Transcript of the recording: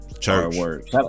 church